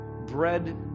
bread